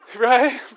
right